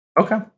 Okay